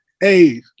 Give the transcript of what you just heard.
Hey